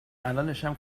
الانشم